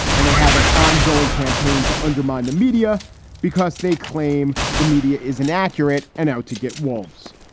and they have an ongoing campaign to undermine the media because they claim the media is inaccurate and out to get wolves.